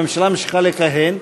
והממשלה ממשיכה לכהן,